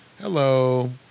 hello